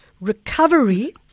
recovery